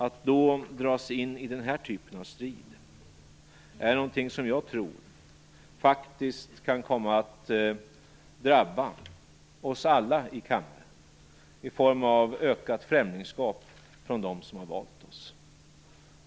Att då dras in i den här typen av strid är någonting som jag tror kan komma att drabba oss alla i kammaren i form av ökat främlingskap från dem som har valt oss.